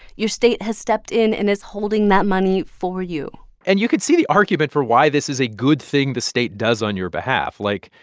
your state has stepped in and is holding that money for you and you could see the argument for why this is a good thing the state does on your behalf. like,